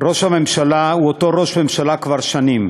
ראש הממשלה הוא אותו ראש ממשלה כבר שנים,